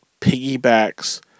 piggybacks